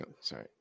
Sorry